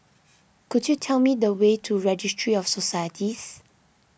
could you tell me the way to Registry of Societies